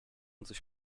coś